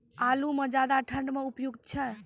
आलू म ज्यादा ठंड म उपयुक्त छै?